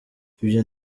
ibyo